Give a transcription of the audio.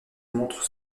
montre